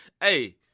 Hey